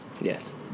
Yes